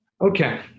Okay